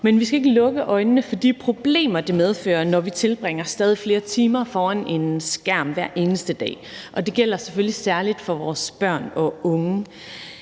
Men vi skal ikke lukke øjnene for de problemer, det medfører, når vi tilbringer stadig flere timer foran en skærm hver eneste dag, og det gælder selvfølgelig særlig for vores børn og unge.